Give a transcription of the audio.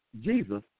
Jesus